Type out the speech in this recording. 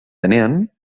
denean